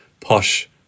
posh